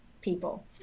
people